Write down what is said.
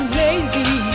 lazy